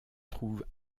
trouve